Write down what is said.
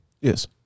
Yes